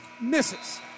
misses